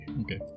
okay